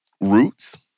Roots